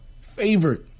Favorite